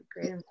Great